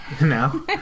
No